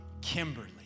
Kimberly